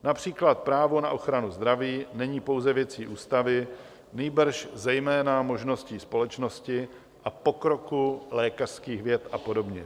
Například právo na ochranu zdraví není pouze věcí ústavy, nýbrž zejména možností společnosti a pokroku lékařských věd a podobně.